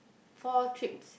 four trips